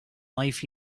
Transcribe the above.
life